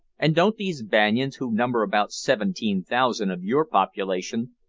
and don't these banyans, who number about seventeen thousand of your population,